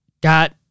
got